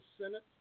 Senate